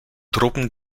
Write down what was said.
truppen